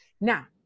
now